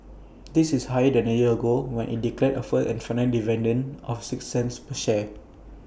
this is higher than A year ago when IT declared A first and final dividend of six cents per share